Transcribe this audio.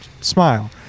Smile